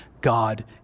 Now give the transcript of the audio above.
God